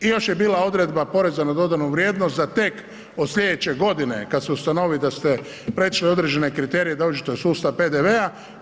I još je bila odredba poreza na dodanu vrijednost za tek od sljedeće godine kad su ustanovili da ste ... određene kriterije da uđete u sustav PDV-a.